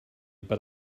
but